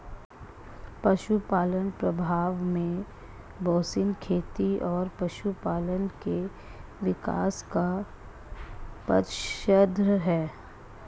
पशुपालन प्रभाव में बेसिन खेती और पशुपालन के विकास का पक्षधर है